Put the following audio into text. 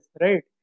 right